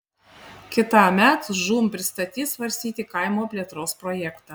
kitąmet žūm pristatys svarstyti kaimo plėtros projektą